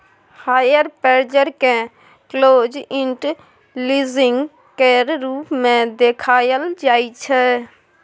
hire purchase केँ close end leasing केर रूप मे देखाएल जाइ छै